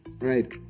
Right